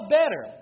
better